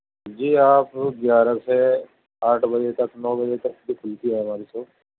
جی آپ گیارہ سے آٹھ بجے تک نو بجے تک بھی کھلتی ہے ہماری شاپ